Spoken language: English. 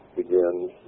begins